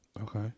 Okay